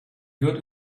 good